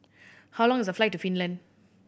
how long is the flight to Finland